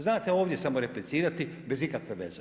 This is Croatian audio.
Znate ovdje samo replicirati bez ikakve veze.